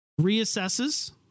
reassesses